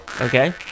okay